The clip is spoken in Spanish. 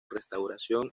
restauración